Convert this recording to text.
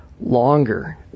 Longer